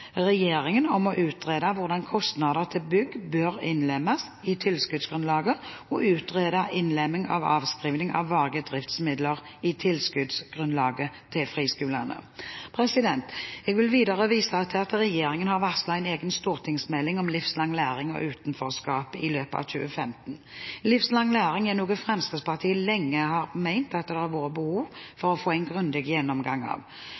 regjeringen om å utrede hvordan kostnader til bygg bør innlemmes i tilskuddsgrunnlaget og utrede innlemming av avskriving av varige driftsmidler i tilskuddsgrunnlaget til friskolene. Jeg vil videre vise til at regjeringen har varslet en egen stortingsmelding om livslang læring og utenforskap i løpet av 2015. Livslang læring er noe Fremskrittspartiet lenge har ment at det er behov for å få en grundig gjennomgang av,